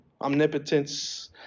omnipotence